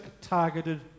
targeted